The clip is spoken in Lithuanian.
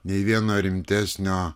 nei vieno rimtesnio